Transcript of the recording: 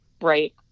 Right